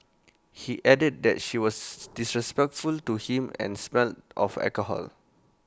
he added that she was disrespectful to him and smelled of alcohol